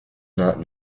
not